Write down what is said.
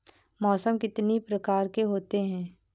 मौसम कितनी प्रकार के होते हैं?